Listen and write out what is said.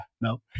No